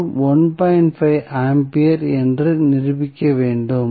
5 ampere என்று நிரூபிக்க வேண்டும்